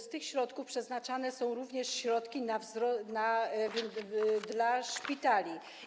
Z tych środków przeznaczane są również środki dla szpitali.